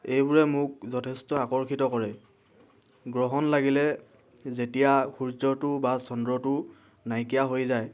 এইবোৰে মোক যথেষ্ট আকৰ্ষিত কৰে গ্ৰহণ লাগিলে যেতিয়া সূৰ্যটো বা চন্দ্ৰটো নাইকিয়া হৈ যায়